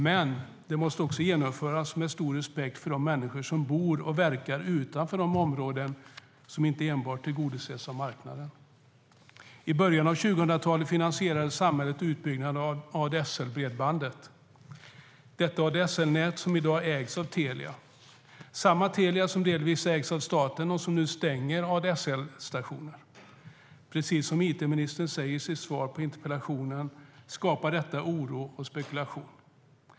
Men det måste genomföras med stor respekt för de människor som bor och verkar i de områden vilkas behov inte enbart tillgodoses av marknaden. I början av 2000-talet finansierade samhället utbyggnaden av ADSL-bredbandet. ADSL-nätet ägs i dag av Telia, samma Telia som delvis ägs av staten och som nu stänger ADSL-stationer. Precis som it-ministern säger i sitt svar på interpellationen skapar detta oro och spekulationer.